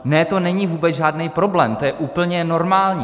Ne, to není vůbec žádný problém, to je úplně normální!